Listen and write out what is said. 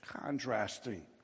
contrasting